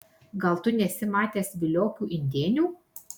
gal tu nesi matęs viliokių indėnių